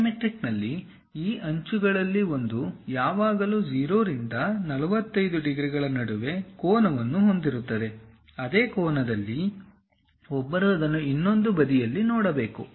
ಡೈಮೆಟ್ರಿಕ್ನಲ್ಲಿ ಈ ಅಂಚುಗಳಲ್ಲಿ ಒಂದು ಯಾವಾಗಲೂ 0 ರಿಂದ 45 ಡಿಗ್ರಿಗಳ ನಡುವೆ ಕೋನವನ್ನು ಹೊಂದಿರುತ್ತದೆ ಅದೇ ಕೋನದಲ್ಲಿ ಒಬ್ಬರು ಅದನ್ನು ಇನ್ನೊಂದು ಬದಿಯಲ್ಲಿ ನೋಡಬೇಕು